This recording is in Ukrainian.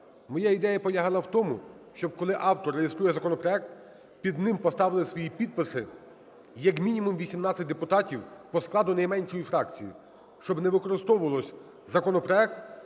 Моя ідея полягала в тому, щоб, коли автор реєструє законопроект, під ним поставили свої підписи як мінімум 18 депутатів по складу найменшої фракції, щоб не використовувався законопроект